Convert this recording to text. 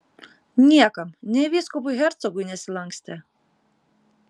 niekam nė vyskupui hercogui nesilankstė